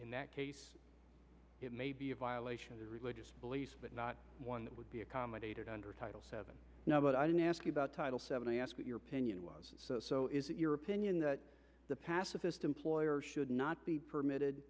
that may be a violation of their religious beliefs but not one that would be accommodated under title seven now but i didn't ask you about title seven i ask what your opinion was so is it your opinion that the pacifist employer should not be permitted